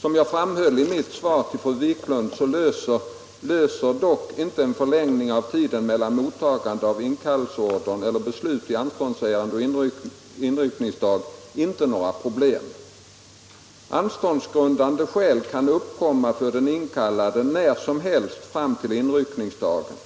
Som jag framhöll i mitt svar till fru Wiklund löser dock en förlängning av tiden mellan mottagande av inkallelseorder eller beslut i anståndsärende och inryckningsdag inte några problem. Anståndsgrundande skäl kan uppstå för den inkallade när som helst fram till inryckningsdagen.